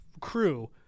crew